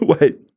Wait